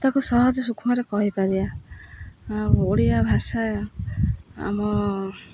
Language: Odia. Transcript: ତାକୁ ସହଜ ସୁକ୍ଷ୍ମରେ କହିପାରିବା ଆଉ ଓଡ଼ିଆ ଭାଷା ଆମ